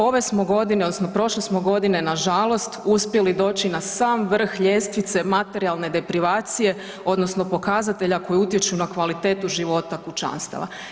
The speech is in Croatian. Ove smo godine odnosno prošle smo godine nažalost uspjeli doći na sam vrh ljestvice materijalne deprivacije odnosno pokazatelja koji utječu na kvalitetu života kućanstava.